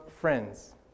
friends